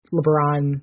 LeBron –